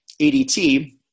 ADT